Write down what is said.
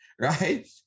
right